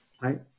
right